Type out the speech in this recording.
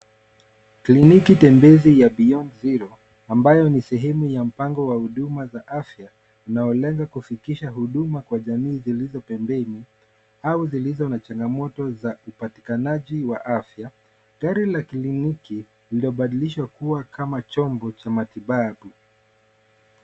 Kliniki tembezi ya Beyond Zero , ambayo ni sehemu ya mpango wa huduma wa afya unaolenga kufikisha huduma kwa jamii zilizo pembeni au zilizo na changamoto za upatikanaji wa afya. Gari la kliniki lililobadilishwa kuwa kama chombo cha matibabu.